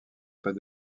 pas